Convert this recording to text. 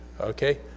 Okay